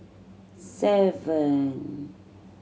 seven